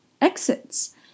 exits